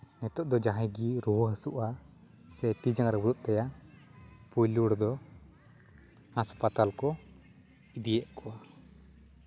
ᱱᱤᱛᱳᱜ ᱫᱚ ᱡᱟᱦᱟᱸᱭ ᱜᱮ ᱨᱩᱣᱟᱹ ᱦᱟᱥᱩᱜᱼᱟ ᱥᱮ ᱛᱤ ᱡᱟᱸᱜᱟ ᱨᱩᱣᱟᱹᱜ ᱛᱟᱭᱟ ᱯᱳᱭᱞᱳ ᱨᱮᱫᱚ ᱦᱟᱥᱯᱟᱛᱟᱞ ᱠᱚ ᱤᱫᱤᱭᱮᱫ ᱠᱚᱣᱟ